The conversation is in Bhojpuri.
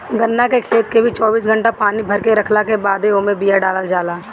गन्ना के खेत के भी चौबीस घंटा पानी भरके रखला के बादे ओमे बिया डालल जाला